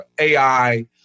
AI